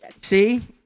See